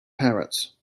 parrots